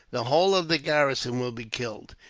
the whole of the garrison will be killed.